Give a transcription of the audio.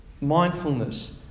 mindfulness